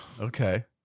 Okay